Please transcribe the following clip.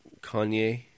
Kanye